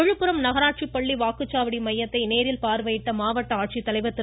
விழுப்புரம் நகராட்சிப்பள்ளி வாக்குச்சாவடி மையத்தில் நேரில் பார்வையிட்ட மாவட்ட ஆட்சித்தலைவர் திரு